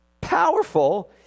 powerful